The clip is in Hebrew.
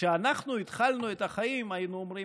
כשאנחנו התחלנו את החיים היינו אומרים,